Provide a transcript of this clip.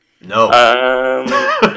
No